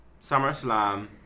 SummerSlam